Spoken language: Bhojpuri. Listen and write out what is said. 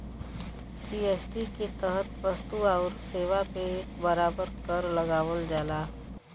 जी.एस.टी के तहत वस्तु आउर सेवा पे एक बराबर कर लगावल जाला